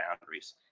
boundaries